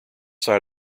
side